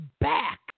back